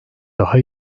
daha